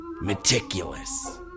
Meticulous